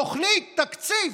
תוכנית, תקציב.